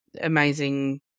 amazing